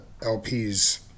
lps